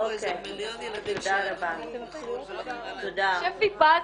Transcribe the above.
יש פה איזה מיליון ילדים ש- -- שפי פז,